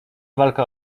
walka